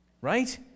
Right